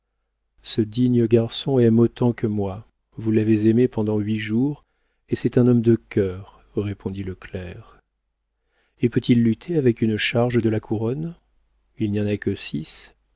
ce digne garçon aime autant que moi vous l'avez aimé pendant huit jours et c'est un homme de cœur répondit le clerc et peut-il lutter avec une charge de la couronne il n'y en a que six